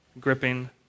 gripping